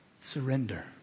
Surrender